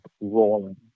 rolling